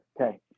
Okay